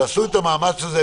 תעשו את המאמץ הזה.